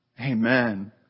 Amen